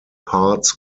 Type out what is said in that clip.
parts